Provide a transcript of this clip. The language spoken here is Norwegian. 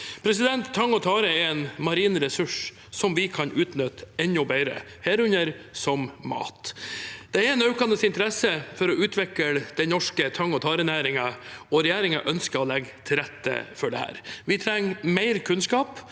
og tare. Tang og tare er en marin ressurs vi kan utnytte enda bedre, herunder som mat. Det er en økende interesse for å utvikle den norske tang- og tarenæringen, og regjeringen ønsker å legge til rette for dette. Vi trenger mer kunnskap